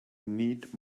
need